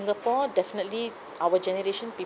singapore definitely our generation